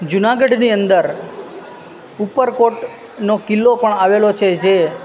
જુનાગઢની અંદર ઉપરકોટનો કિલ્લો પણ આવેલો છે જે